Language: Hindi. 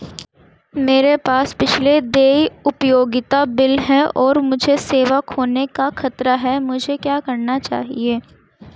मेरे पास पिछले देय उपयोगिता बिल हैं और मुझे सेवा खोने का खतरा है मुझे क्या करना चाहिए?